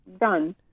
done